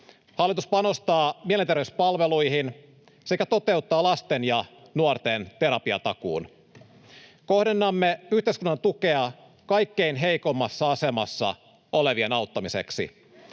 Hallitus panostaa mielenterveyspalveluihin sekä toteuttaa lasten ja nuorten terapiatakuun. Kohdennamme yhteiskunnan tukea kaikkein heikoimmassa asemassa olevien auttamiseksi.